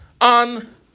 on